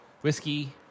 whiskey